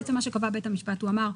מה שקבע בית המשפט זה שהוא אמר: